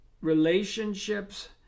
relationships